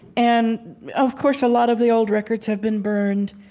and of course, a lot of the old records have been burned,